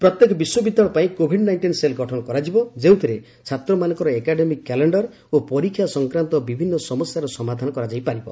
ପ୍ରତ୍ୟେକ ବିଶ୍ୱବିଦ୍ୟାଳୟ ପାଇଁ କୋଭିଡ୍ ନାଇଷ୍ଟିନ୍ ସେଲ୍ ଗଠନ କରାଯିବ ଯେଉଁଥିରେ ଛାତ୍ରମାନଙ୍କର ଏକାଡେମୀ କ୍ୟାଲେଣ୍ଡର ଓ ପରୀକ୍ଷା ସଂକ୍ରାନ୍ତ ବିଭିନ୍ନ ସମସ୍ୟାର ସମାଧାନ କରାଯାଇ ପାରିବ